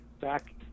back